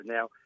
Now